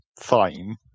fine